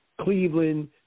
Cleveland